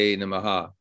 namaha